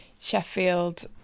Sheffield